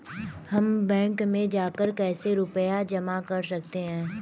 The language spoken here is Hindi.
हम बैंक में जाकर कैसे रुपया जमा कर सकते हैं?